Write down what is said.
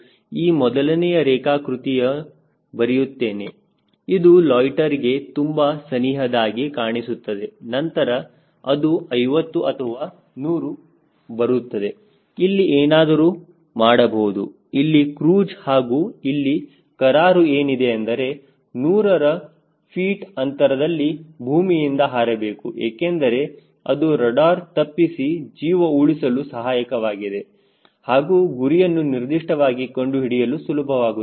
ಈ ಮೊದಲನೆಯ ರೇಖಾಕೃತಿಯನ್ನು ಬರೆಯುತ್ತೇನೆ ಇದು ಲೊಯ್ಟ್ಟೆರ್ಗೆ ತುಂಬಾ ಸನಿಹದಾಗಿ ಕಾಣಿಸುತ್ತದೆ ನಂತರ ಅದು 50 ಅಥವಾ 100 ಬರುತ್ತದೆ ಇಲ್ಲಿ ಏನಾದರೂ ಮಾಡಬಹುದು ಇಲ್ಲಿ ಕ್ರೂಜ್ ಹಾಗೂ ಇಲ್ಲಿ ಕರಾರು ಏನಿದೆ ಅಂದರೆ 100 ರ ಫೀಟ್ ಅಂತರದಲ್ಲಿ ಭೂಮಿಯಿಂದ ಹಾರಬೇಕು ಏಕೆಂದರೆ ಅದು ರಡಾರ್ ತಪ್ಪಿಸಿ ಜೀವ ಉಳಿಸಲು ಸಹಾಯಕವಾಗಿದೆ ಹಾಗೂ ಗುರಿಯನ್ನು ನಿರ್ದಿಷ್ಟವಾಗಿ ಕಂಡುಹಿಡಿಯಲು ಸುಲಭವಾಗುತ್ತದೆ